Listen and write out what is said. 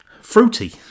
fruity